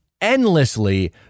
endlessly